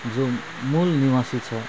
जो मूल निवासी छ